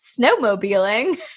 snowmobiling